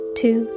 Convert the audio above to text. two